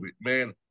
man